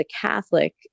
Catholic